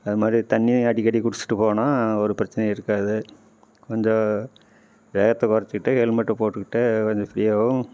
அது மாதிரி தண்ணி அடிக்கடி குடிச்சுட்டு போனால் ஒரு பிரச்சினையும் இருக்காது கொஞ்சம் வேகத்தை குறச்சிக்கிட்டு ஹெல்மெட்டை போட்டுக்கிட்டு கொஞ்சம் ஃப்ரீயாகவும்